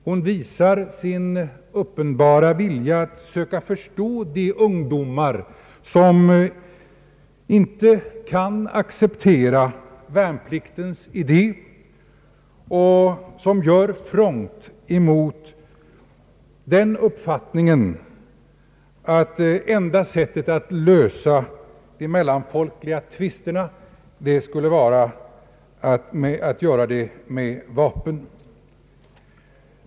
Hon visar sin uppenbara vilja att söka förstå de ungdomar som inte kan acceptera värnpliktens idé och som gör front emot den uppfattningen att enda sättet att lösa de mellanfolkliga tvisterna skulle vara att göra det med vapen.